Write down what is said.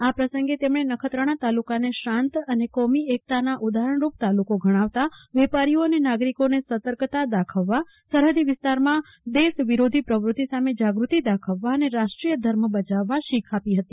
આ પ્રસંગે તેમણે નખત્રાણા તાલુકાને શાંત અને કોમી એકતાનો ઉદાહરણરૂપ તાલુકો ગણાવતાં વેપારીઓ અને નાગરીકોને સતર્કતા દાખવવા સરહદી વિસ્તારમાં દેશ વિરોધી પ્રવૃતિ સામે જાગૃતિ દાખવવા અને રાષ્ટ્રીય ધર્મ બજાવવા શીખ આપી હતી